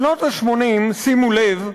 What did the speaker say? בשנות ה-80, שימו לב,